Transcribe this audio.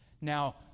Now